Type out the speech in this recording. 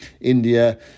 India